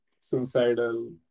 suicidal